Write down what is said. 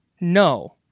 No